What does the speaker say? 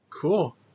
Cool